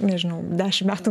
nežinau dešim metų